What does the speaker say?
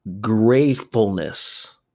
gratefulness